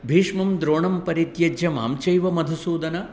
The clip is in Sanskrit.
भीष्मं द्रोणं परित्यज्य मां चैव मधुसूदन